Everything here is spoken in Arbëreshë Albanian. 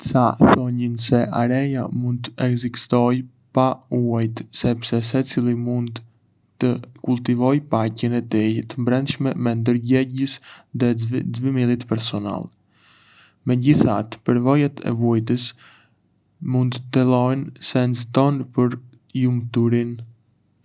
Ca thonjën se haréja mund të ekzistojë pa uajtë, sepse secili mund të kultivojë paqen e tij të brendshme me ndërgjegjes dhe zhvillimit personal. Megjithatë, përvojat e vuajtjes mund të thellojnë senx tonë për lumturinë.